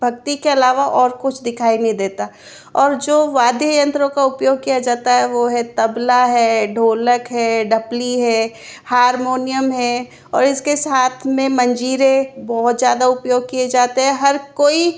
भक्ति के अलावा और कुछ दिखाई नहीं देता और जो वाद्य यंत्रों का उपयोग किया जाता है वो हैं तबला है ढोलक है ढपली है हरमोनियम है और इसके साथ में मंजीरे बहुत ज्यादा उपयोग किये जाते हैं हर कोई